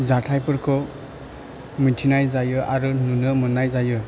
जाथाइफोरखौ मिनथिनाय जायो आरो नुनो मोननाय जायो